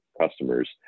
customers